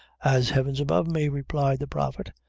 as heaven's above me, replied the prophet,